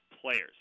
players